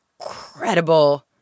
incredible